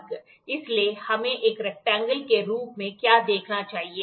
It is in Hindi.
इसलिए हमें एक रैक्टेंगल के रूप में क्या देखना चाहिए